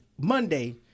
Monday